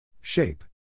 Shape